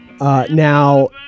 Now